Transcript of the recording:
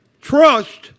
Trust